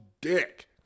dick